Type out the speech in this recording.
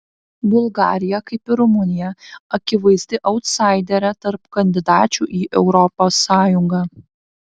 bulgarija kaip ir rumunija akivaizdi autsaiderė tarp kandidačių į europos sąjungą